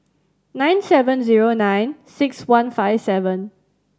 nine seven zero nine six one five seven